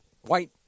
white